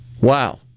Wow